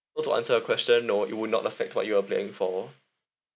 so to answer your question no it would not affect what you're planning for